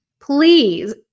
Please